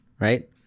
right